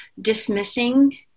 dismissing